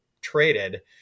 traded